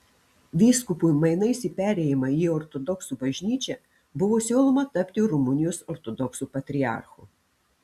vyskupui mainais į perėjimą į ortodoksų bažnyčią buvo siūloma tapti rumunijos ortodoksų patriarchu